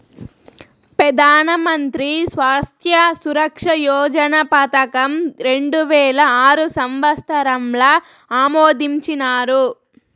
పెదానమంత్రి స్వాస్త్య సురక్ష యోజన పదకం రెండువేల ఆరు సంవత్సరంల ఆమోదించినారు